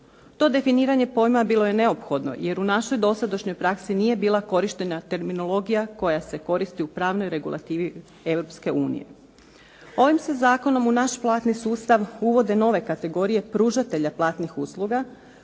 To definiranje pojma bilo je neophodno jer u našoj dosadašnjoj praksi nije bila korištena terminologija koja se koristi u pravnoj regulativi Europske unije. Ovim se zakonom u naš platni sustav uvode nove kategorije pružatelja platnih usluga